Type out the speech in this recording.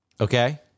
Okay